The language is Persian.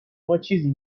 ماچیزی